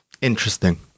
interesting